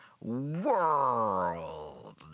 world